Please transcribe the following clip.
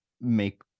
make